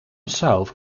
south